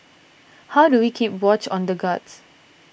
how do we keep watch on the guards